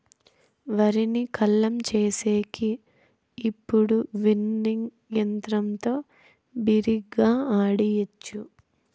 వరిని కల్లం చేసేకి ఇప్పుడు విన్నింగ్ యంత్రంతో బిరిగ్గా ఆడియచ్చు